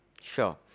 Sure